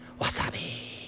Wasabi